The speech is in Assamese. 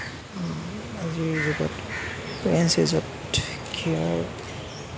আজিৰ যুগত কাৰেন্ট স্টেজত ক্ৰীড়াৰ